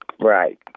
right